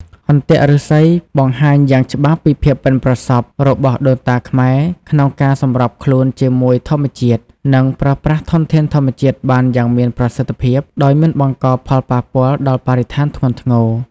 អន្ទាក់ឫស្សីបង្ហាញយ៉ាងច្បាស់ពីភាពប៉ិនប្រសប់របស់ដូនតាខ្មែរក្នុងការសម្របខ្លួនជាមួយធម្មជាតិ និងប្រើប្រាស់ធនធានធម្មជាតិបានយ៉ាងមានប្រសិទ្ធភាព ដោយមិនបង្កផលប៉ះពាល់បរិស្ថានធ្ងន់ធ្ងរ។